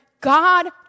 God